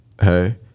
hey